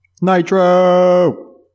Nitro